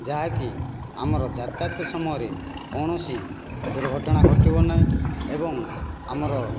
ଯାହାକି ଆମର ଯାତାୟାତ ସମୟରେ କୌଣସି ଦୁର୍ଘଟଣା ଘଟିବ ନାହିଁ ଏବଂ ଆମର